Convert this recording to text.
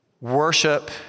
worship